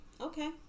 Okay